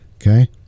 Okay